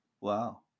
Wow